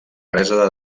presa